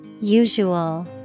Usual